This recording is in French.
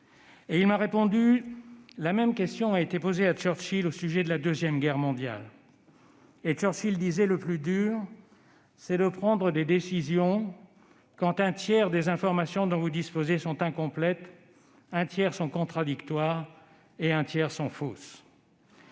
Il m'a répondu :« La même question a été posée à Churchill au sujet de la Seconde Guerre mondiale et celui-ci a répondu :" Le plus dur, c'est de prendre des décisions quand un tiers des informations dont vous disposez sont incomplètes, un tiers sont contradictoires et un tiers sont fausses.